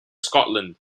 scotland